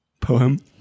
poem